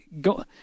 go